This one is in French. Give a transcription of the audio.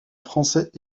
français